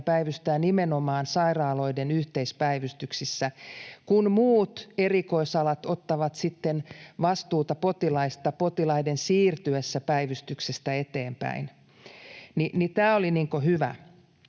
päivystää nimenomaan sairaaloiden yhteispäivystyksissä, kun muut erikoisalat ottavat vastuuta potilaista sitten potilaiden siirtyessä päivystyksestä eteenpäin. Tämä oli hyvä.